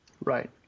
Right